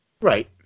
Right